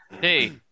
hey